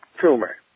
tumor